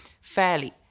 fairly